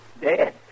Dead